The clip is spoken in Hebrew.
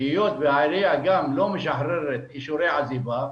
היות והעירייה גם לא משחררת אישורי עזיבה,